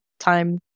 time